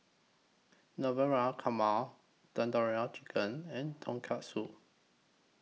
Navratan Korma Tandoori Chicken and Tonkatsu